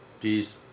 Peace